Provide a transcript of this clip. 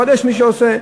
אבל יש מי שעושה.